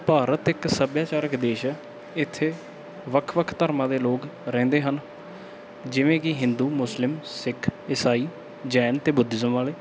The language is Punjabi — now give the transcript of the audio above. ਭਾਰਤ ਇੱਕ ਸਭਿਆਚਾਰਕ ਦੇਸ਼ ਹੈ ਇੱਥੇ ਵੱਖ ਵੱਖ ਧਰਮਾਂ ਦੇ ਲੋਕ ਰਹਿੰਦੇ ਹਨ ਜਿਵੇਂ ਕਿ ਹਿੰਦੂ ਮੁਸਲਿਮ ਸਿੱਖ ਇਸਾਈ ਜੈਨ ਅਤੇ ਬੁੱਧੀਜ਼ਮ ਵਾਲੇ